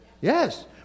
Yes